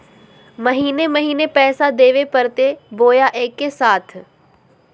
महीने महीने पैसा देवे परते बोया एके साथ?